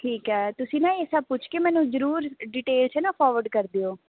ਠੀਕ ਹੈ ਤੁਸੀਂ ਨਾ ਇਹ ਸਭ ਪੁੱਛ ਕੇ ਮੈਨੂੰ ਜ਼ਰੂਰ ਡੀਟੇਲ 'ਚ ਨਾ ਫੌਰਵਰਡ ਕਰ ਦਿਓ